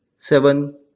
seven,